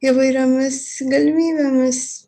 įvairiomis galimybėmis